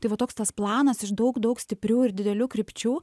tai va toks tas planas ir daug daug stiprių ir didelių krypčių